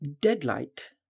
Deadlight